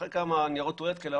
אחרי כמה ניירות טואלט כאלה,